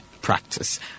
practice